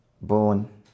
born